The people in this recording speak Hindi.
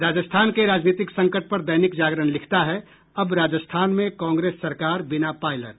राजस्थान के राजनीतिक संकट पर दैनिक जागरण लिखता है अब राजस्थान में कांग्रेस सरकार बिना पायलट